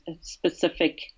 specific